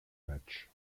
matches